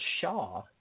Shaw